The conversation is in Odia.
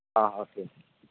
ହ ହଉ ଠିକ୍ ଅଛି